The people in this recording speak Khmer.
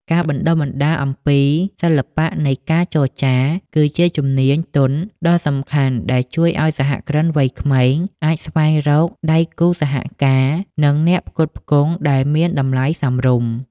ការបណ្ដុះបណ្ដាលអំពី "សិល្បៈនៃការចរចា" គឺជាជំនាញទន់ដ៏សំខាន់ដែលជួយឱ្យសហគ្រិនវ័យក្មេងអាចស្វែងរកដៃគូសហការ និងអ្នកផ្គត់ផ្គង់ដែលមានតម្លៃសមរម្យ។